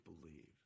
believe